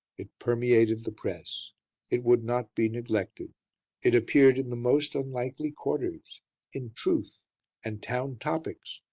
it permeated the press it would not be neglected it appeared in the most unlikely quarters in truth and town topics,